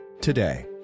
today